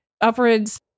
upwards